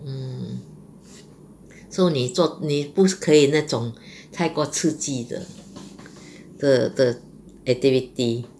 mm so 你坐你不可以那种太过刺激的的的 activity